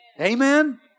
Amen